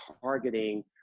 targeting